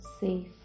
safe